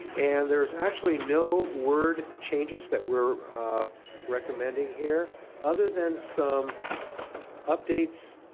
and there is actually no word changes that we're recommending here other than some updates